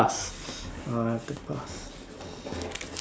I have to pass